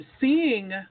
seeing